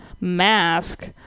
mask